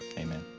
amen.